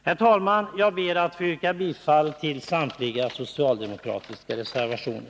Herr talman! Jag ber att få yrka bifall till samtliga socialdemokratiska reservationer.